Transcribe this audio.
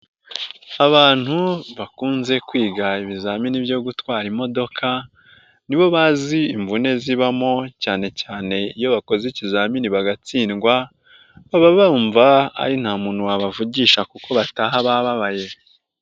Abantu bakunze kwiga ibizamini byo gutwara imodoka, ni bo bazi imvune zibamo cyane cyane iyo bakoze ikizamini bagatsindwa baba bumva ari nta muntu wabavugisha kuko bataha bababaye.